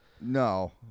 no